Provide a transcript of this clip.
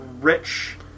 rich